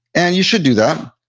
and you should do that,